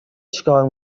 چیکار